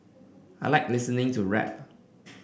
I like listening to rap